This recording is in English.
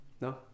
No